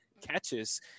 Catches